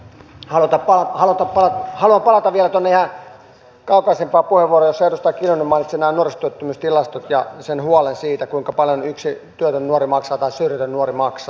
haluan palata vielä tuonne kaukaisempaan puheenvuoroon jossa edustaja kiljunen mainitsi nämä nuorisotyöttömyystilastot ja huolen siitä kuinka paljon yksi työtön tai syrjäytynyt nuori maksaa